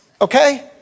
Okay